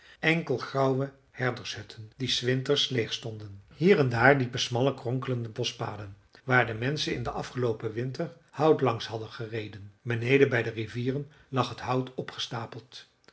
enkel grauwe herdershutten die s winters leeg stonden hier en daar liepen smalle kronkelende boschpaden waar de menschen in den afgeloopen winter hout langs hadden gereden beneden bij de rivieren lag het hout opgestapeld